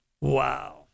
Wow